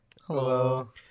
Hello